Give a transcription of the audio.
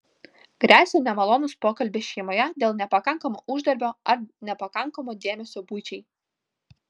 gresia nemalonūs pokalbiai šeimoje dėl nepakankamo uždarbio ar nepakankamo dėmesio buičiai